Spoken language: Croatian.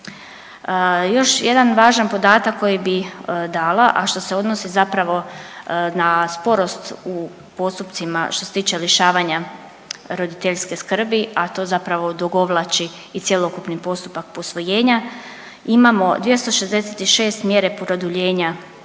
Još jedan važan podatak koji bi dala, a što se odnosi zapravo na sporost u postupcima što se tiče lišavanja roditeljske skrbi, a to zapravo odugovlači i cjelokupni postupak posvojenja. Imamo 266 mjere produljenja